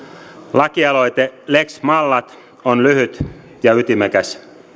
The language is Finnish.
lakialoite lex mallat on lyhyt ja ytimekäs